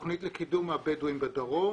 התוכנית לקידום הבדואים בדרום